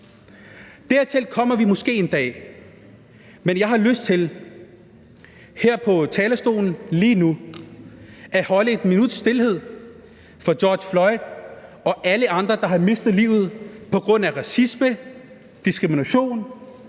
Dertil kommer vi måske en dag, men jeg har lyst til her på talerstolen lige nu at holde 1 minuts stilhed for George Floyd og alle andre, der har mistet livet på grund af racisme, diskriminationen,